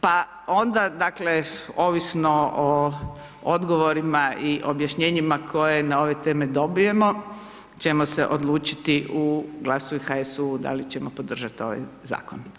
Pa onda, dakle, ovisno o odgovorima i objašnjenjima koje na ove teme dobijemo, ćemo se odlučiti u GLAS-u i HSU, da li ćemo podržati ovaj Zakon.